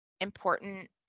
important